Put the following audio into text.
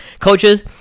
coaches